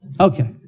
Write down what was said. Okay